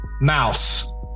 mouse